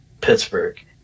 Pittsburgh